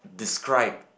describe